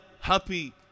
happy